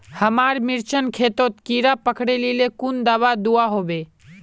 हमार मिर्चन खेतोत कीड़ा पकरिले कुन दाबा दुआहोबे?